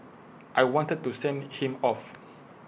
I wanted to send him off